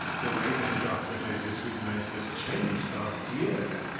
the way that the draft budget is scrutinised was changed ah last year,